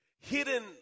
Hidden